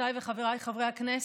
חברותיי וחבריי חברי הכנסת,